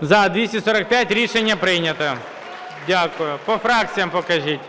За-245 Рішення прийнято. Дякую. По фракціям покажіть.